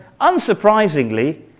unsurprisingly